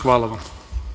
Hvala vam.